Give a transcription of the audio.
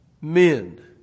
men